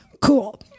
Cool